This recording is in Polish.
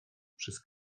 przez